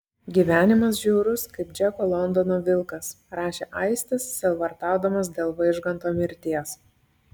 gyvenimas žiaurus kaip džeko londono vilkas rašė aistis sielvartaudamas dėl vaižganto mirties